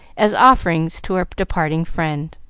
as offerings to her departing friend.